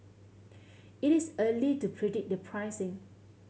it is early to predict the pricing